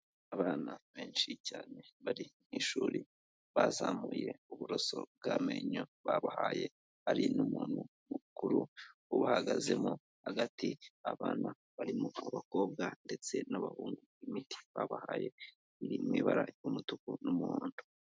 Abana benshi cyane bari mu ishuri, bazamuye uburoso bw'amenyo babahaye, hari n'umuntu mukuru ubahagazemo hagati, abana barimo abakobwa ndetse n'abahungu, imiti babahaye iri mu ibara ry'umutuku n'umuhondo.